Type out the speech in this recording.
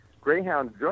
Greyhound